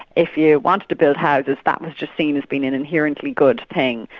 if you wanted to build houses that was just seen as being an inherently good thing,